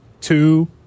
two